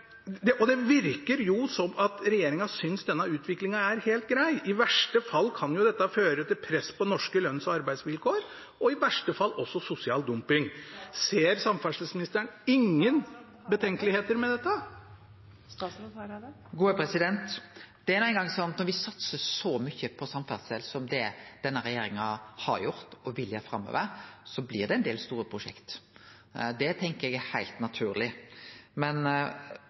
Og det virker jo som at regjeringen synes denne utviklinga er helt grei. Dette kan jo føre til press på norske lønns- og arbeidsvilkår og i verste fall også til sosial dumping. Ser samferdselsministeren ingen betenkeligheter med dette? Det er no eingong sånn at når me satsar så mykje på samferdsel som denne regjeringa har gjort, og vil gjere framover, blir det ein del store prosjekt. Det tenkjer eg er heilt naturleg. Men